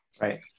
Right